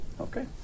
Okay